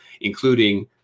including